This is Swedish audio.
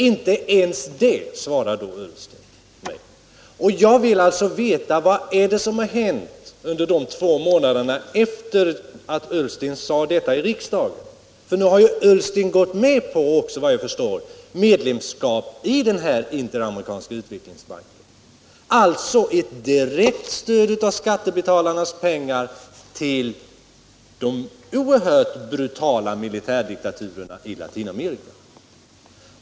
Inte ens det svarade herr Ullsten på. Jag vill alltså veta: Vad är det som hänt under de två månader som gått sedan herr Ullsten sade detta i riksdagen? Nu har ju herr Ullsten, efter vad jag förstår, gått med på medlemskap i den Interamerikanska utvecklingsbanken — alltså ett direkt stöd av skattebetalarnas pengar till de oerhört brutala militärdiktaturerna i Latinamerika.